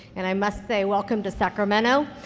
and i must say welcome to sacramento.